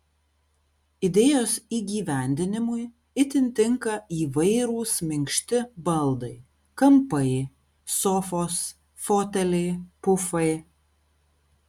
idėjos įgyvendinimui itin tinka įvairūs minkšti baldai kampai sofos foteliai pufai